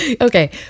okay